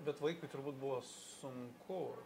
bet vaikui turbūt buvo sunku